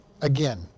again